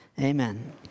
amen